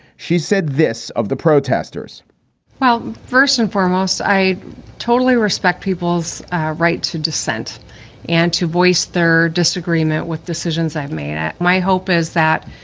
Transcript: she said this of the protesters well, first and foremost, i totally respect people's right to dissent and to voice their disagreement with decisions i've made. my hope is that